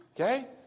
Okay